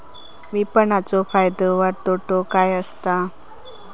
विपणाचो फायदो व तोटो काय आसत?